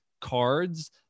cards